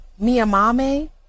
Miyamame